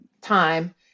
time